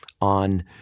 on